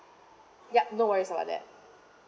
yup no worries about that